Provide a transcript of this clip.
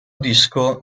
disco